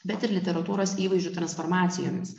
bet ir literatūros įvaizdžių transformacijomis